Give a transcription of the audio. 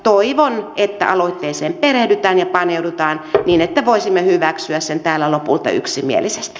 toivon että aloitteeseen perehdytään ja paneudutaan niin että voisimme hyväksyä sen täällä lopulta yksimielisesti